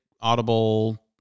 Audible